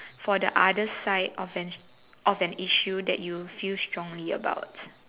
for the other side of an of an issue that you feel strongly about